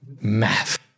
math